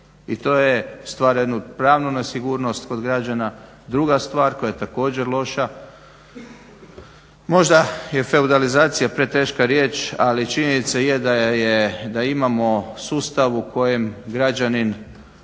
i to stvara jednu pravnu nesigurnost kod građana. Druga stvar koja je također loša. Možda je feudalizacija preteška riječ, ali činjenica je da imamo sustav u kojem građanin